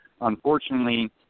Unfortunately